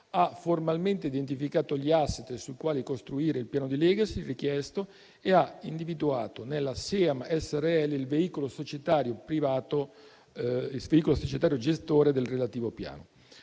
ha formalmente identificato gli *asset* sui quali costruire il piano di *legacy* richiesto e ha individuato nella Seam Srl il veicolo societario gestore del relativo piano.